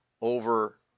over